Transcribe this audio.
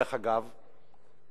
דרך אגב,